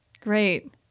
Great